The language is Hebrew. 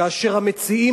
כאשר המציעים,